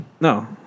No